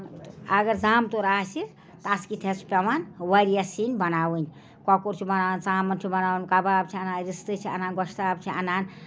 اَگر زامتُر آسہِ تَتھ کِتھۍ حظ چھِ پٮ۪وان واریاہ سِنۍ بَناوٕنۍ کۄکُر چھُ بَنان ژامَن چھِ بَناوُن کباب چھِ اَنان رِستہٕ چھِ اَنان گۄشتاب چھِ اَنان